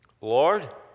Lord